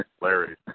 Larry